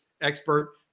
expert